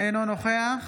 אינו נוכח